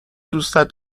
دوستت